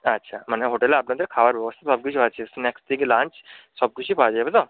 আচ্ছা মানে হোটেলে আপনাদের খাওয়ার ব্যবস্থা সবকিছু আছে স্ন্যাক্স থেকে লাঞ্চ সবকিছু পাওয়া যাবে তো